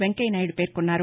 Venkaiah Naidu పేర్నొన్నారు